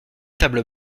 tables